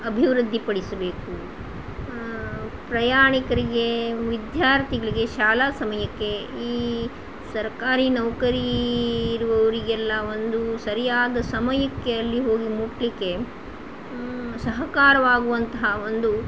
ಅಭಿವೃದ್ಧಿ ಪಡಿಸಬೇಕು ಪ್ರಯಾಣಿಕರಿಗೆ ವಿದ್ಯಾರ್ಥಿಗಳಿಗೆ ಶಾಲಾ ಸಮಯಕ್ಕೆ ಈ ಸರ್ಕಾರಿ ನೌಕರಿ ಇರುವವರಿಗೆಲ್ಲ ಒಂದು ಸರಿಯಾದ ಸಮಯಕ್ಕೆ ಅಲ್ಲಿ ಹೋಗಿ ಮುಟ್ಲಿಕ್ಕೆ ಸಹಕಾರಿಯಾಗುವಂತಹ ಒಂದು